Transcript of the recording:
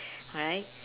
right